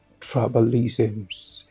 tribalisms